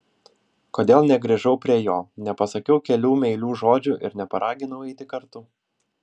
kodėl negrįžau prie jo nepasakiau kelių meilių žodžių ir neparaginau eiti kartu